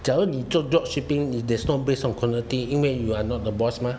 假如你做 drop shipping 你 that's not based on quantity 因为 you are not the boss mah